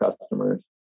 customers